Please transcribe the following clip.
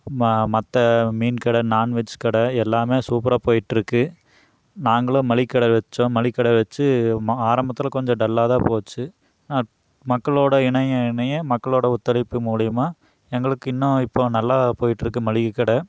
மா மற்ற மீன் கடை நான்வெஜ் கடை எல்லாமே சூப்பராக போயிட்டிருக்கு நாங்களும் மளிகை கடை வெச்சோம் மளிகை கடை வெச்சு மா ஆரம்பத்தில் கொஞ்சம் டல்லாக தான் போச்சு நா மக்களோடு இணைய இணைய மக்களோடு ஒத்துழைப்பு மூலியமா எங்களுக்கு இன்னும் இப்போது நல்லா போயிட்டிருக்கு மளிகை கடை